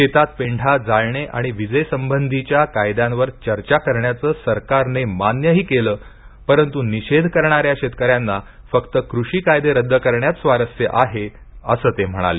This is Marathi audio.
शेतात पेंढा जाळणे आणि वीजेसंबंधीच्या कायद्यांवर चर्चा करण्याचे सरकारने मान्यही केले होते परंतु निषेध करणाऱ्या शेतकऱ्यांना फक्त कृषी कायदे रद्द करण्यात स्वारस्य आहे असे ते म्हणाले